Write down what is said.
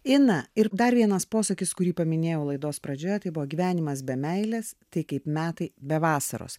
ina ir dar vienas posakis kurį paminėjau laidos pradžioje tai buvo gyvenimas be meilės tai kaip metai be vasaros